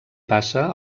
passa